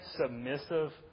submissive